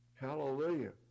hallelujah